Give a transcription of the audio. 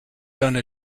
done